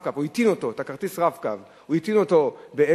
הטעין את כרטיס ה"רב-הקו" ב"אגד",